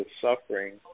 suffering